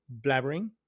blabbering